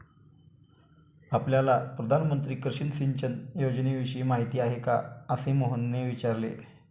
आपल्याला प्रधानमंत्री कृषी सिंचन योजनेविषयी माहिती आहे का? असे मोहनने विचारले